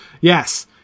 yes